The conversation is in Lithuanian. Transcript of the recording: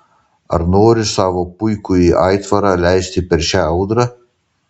ar nori savo puikųjį aitvarą leisti per šią audrą